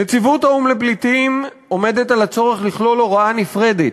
נציבות האו"ם לפליטים עומדת על הצורך לכלול הוראה נפרדת,